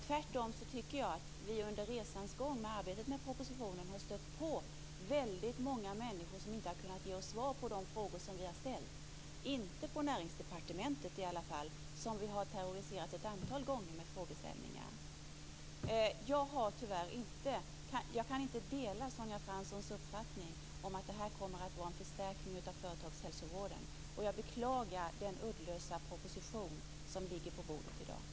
Jag tycker tvärtom att vi under resans gång i arbetet med propositionen har stött på väldigt många människor som inte har kunnat ge oss svar på de frågor som vi har ställt, i alla fall inte på Näringsdepartementet som vi har terroriserat ett antal gånger med frågeställningar. Jag kan tyvärr inte dela Sonja Franssons uppfattning om att detta kommer att vara en förstärkning av företagshälsovården. Jag beklagar den uddlösa proposition som ligger på bordet i dag.